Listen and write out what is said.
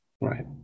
Right